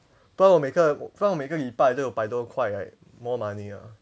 不然我每个不然我每个礼拜都有百多块 right more money ah